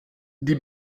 die